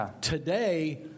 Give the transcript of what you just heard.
today